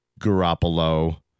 Garoppolo